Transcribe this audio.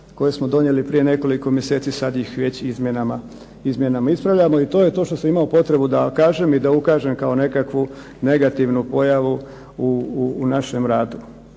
koje smo donijeli prije nekoliko mjeseci, sad ih već izmjenama ispravljamo. I to je to što sam imao potrebu da kažem i da ukažem kao nekakvu negativnu pojavu u našem radu.